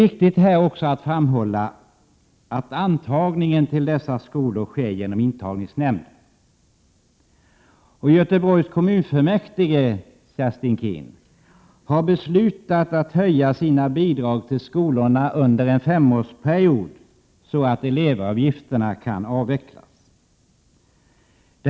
Det är också viktigt att framhålla att antagningen till dessa skolor sker genom intagningsnämnden. Göteborgs kommunfullmäktige har beslutat, Kerstin Keen, att höja sina bidrag till skolorna under en femårsperiod så att elevavgifterna kan avvecklas.